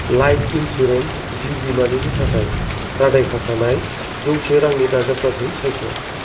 life insurance जिउ बीमानि थाखाय रादाय खाखानाय जौसे रांनि दाजाबगासै सायख'